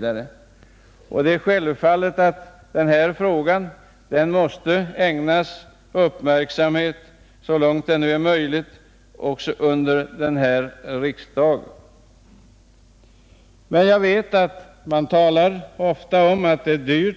Det är självfallet att dessa frågor måste ägnas uppmärksamhet så långt det nu är möjligt också under denna riksdag. Jag vet att vi ofta får höra att det är